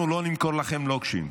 אנחנו לא נמכור לכם לוקשים.